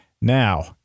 Now